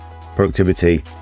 Productivity